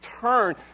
turn